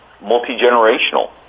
multi-generational